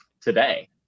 today